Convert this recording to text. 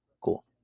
Cool